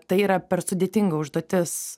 tai yra per sudėtinga užduotis